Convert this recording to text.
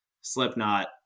Slipknot